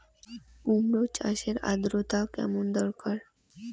কুমড়ো চাষের আর্দ্রতা কেমন দরকার?